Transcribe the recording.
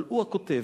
אבל הוא הכותב.